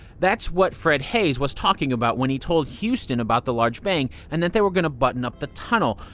that's what fred haise was talking about when he told houston about the large bang and that they were going to button up the tunnel.